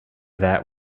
that